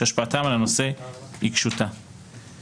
שהשפעתם על הנושא היא קלושה.